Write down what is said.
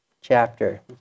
chapter